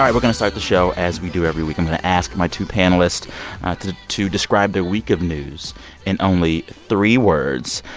going to start the show as we do every week. i'm going to ask my two panelists to to describe their week of news in only three words.